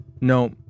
No